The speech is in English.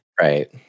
right